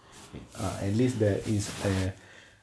in are at least there is a